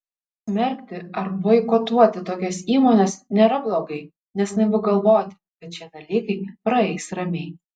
smerkti ar boikotuoti tokias įmones nėra blogai nes naivu galvoti kad šie dalykai praeis ramiai